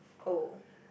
oh